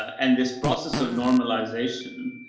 and this process of normalization,